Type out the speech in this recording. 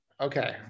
okay